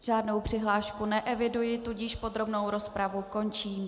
Žádnou přihlášku neeviduji, tudíž podrobnou rozpravu končím.